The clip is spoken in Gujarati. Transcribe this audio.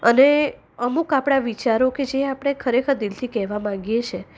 અને અમુક આપણા વિચારો કે જે આપણે ખરેખર દિલથી કહેવા માંગીએ છીએ